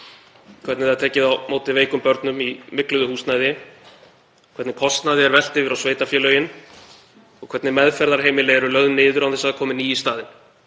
hvernig er tekið á móti veikum börnum í mygluðu húsnæði, hvernig kostnaði er velt yfir á sveitarfélögin og hvernig meðferðarheimili eru lögð niður án þess að það komi ný í staðinn.